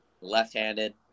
Left-handed